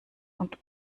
und